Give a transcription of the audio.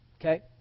Okay